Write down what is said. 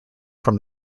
from